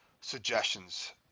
suggestions